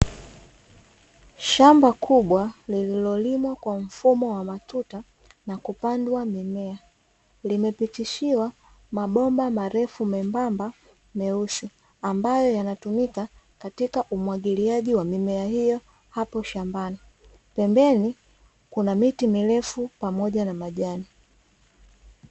Shamba kubwa lililolimwa kwa mfumo wa matuta na kupandwa mimea, limepitishiwa mabomba marefu membamba meusi, ambayo yanatumika katika umwagiliaji wa mimea hiyo hapo shambani. Pembeni kuna miti mirefu pamoja na majani.